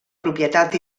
propietat